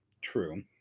True